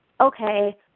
okay